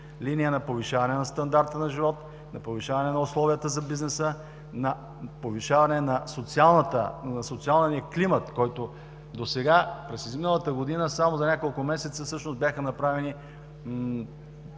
линия на повишаване на стандарта на живот, на подобряване на условията за бизнеса, на повишаване на социалния климат. През изминалата година, само за няколко месеца бяха направени